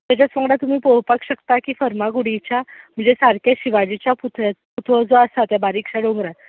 तेच्याच वांगडा तुमी पळोपाक शकतात की फर्मागुडीच्या म्हणजे सारक्या शिवाजीच्या पुतळ्याच्या पुतळो जो आसा त्या बारीकश्या दोंगरार